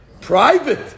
private